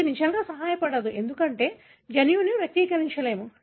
ఇది నిజంగా సహాయపడదు ఎందుకంటే జన్యువు వ్యక్తపరచలేము